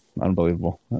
Unbelievable